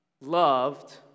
loved